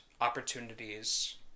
opportunities